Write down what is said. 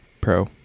pro